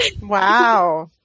Wow